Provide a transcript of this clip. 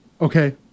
Okay